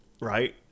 right